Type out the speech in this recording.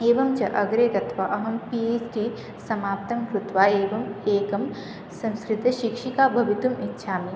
एवं च अग्रे गत्वा अहं पिहेच्डि समाप्तं कृत्वा एवं एका संस्कृतशिक्षिका भवितुम् इच्छामि